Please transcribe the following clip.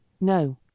no